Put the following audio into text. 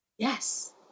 Yes